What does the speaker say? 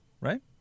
right